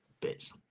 bits